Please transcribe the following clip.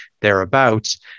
thereabouts